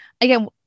again